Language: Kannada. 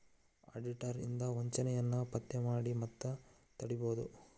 ಆಡಿಟರ್ ಇಂದಾ ವಂಚನೆಯನ್ನ ಪತ್ತೆ ಮಾಡಿ ಮತ್ತ ತಡಿಬೊದು